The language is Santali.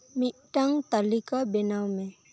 ᱢᱤᱫᱴᱟᱝ ᱛᱟᱹᱞᱤᱠᱟ ᱵᱮᱱᱟᱣ ᱢᱮ